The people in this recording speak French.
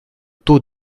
taux